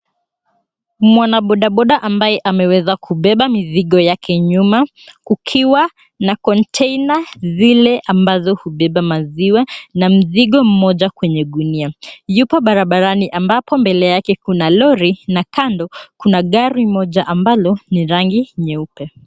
Mwanabodaboda ambaye ameweza kubeba mizigo yake nyuma kukiwa na container zile ambazo hubeba maziwa na mzigo mmoja kwenye gunia. Yuko barabarani ambapo mbele yake kuna lori na kando kuna gari moja ambalo ni rangi nyeupe.